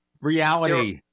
Reality